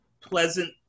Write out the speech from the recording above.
pleasant